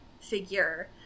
figure